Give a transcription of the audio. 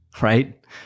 right